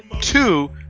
two